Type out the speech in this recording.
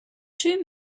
two